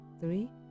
three